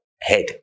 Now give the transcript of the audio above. head